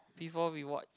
before we watch